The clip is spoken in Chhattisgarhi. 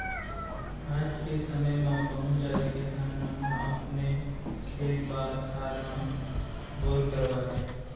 आज के समे म बहुते जादा किसान मन ह अपने खेत खार म बोर करवावत हे